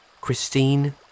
Christine